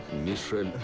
michel